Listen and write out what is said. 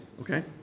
okay